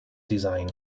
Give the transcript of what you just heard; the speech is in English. design